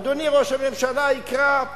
אדוני ראש הממשלה יקרא,